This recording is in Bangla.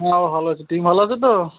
হ্যাঁ বাবা ভালো আছি তুমি ভালো আছো তো